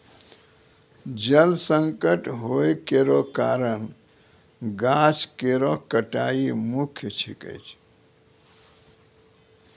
जल संकट होय केरो कारण गाछ केरो कटाई मुख्य छिकै